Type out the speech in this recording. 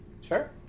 Sure